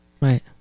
Right